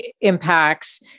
impacts